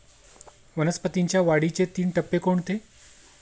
वनस्पतींच्या वाढीचे तीन टप्पे कोणते?